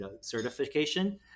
certification